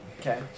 Okay